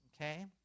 okay